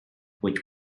which